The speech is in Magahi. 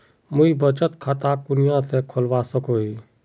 मुई बचत खता कुनियाँ से खोलवा सको ही?